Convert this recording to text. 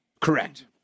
Correct